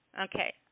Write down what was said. Okay